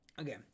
Okay